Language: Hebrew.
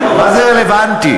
מה זה רלוונטי?